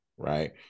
Right